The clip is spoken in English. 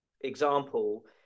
example